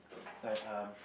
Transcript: like um